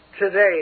today